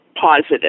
positive